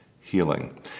healing